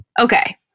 Okay